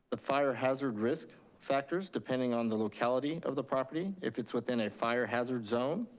the fire hazard risk factors depending on the locality of the property, if it's within a fire hazard zone,